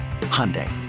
Hyundai